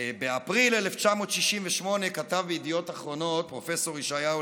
ובאפריל 1968 כתב בידיעות אחרונות פרופ' ישעיהו